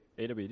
AWD